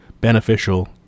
beneficial